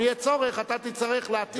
אם יהיה צורך אתה תצטרך להתאים.